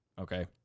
okay